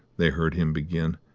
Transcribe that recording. they heard him begin,